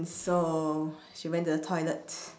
so she went to the toilet